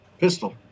pistol